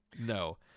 No